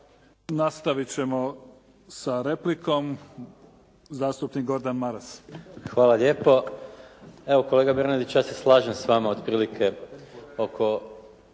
Nastavit ćemo sa replikom. Zastupnik Gordan Maras. **Maras, Gordan (SDP)** Hvala lijepo. Evo kolega Bernardić ja se slažem s vama otprilike oko,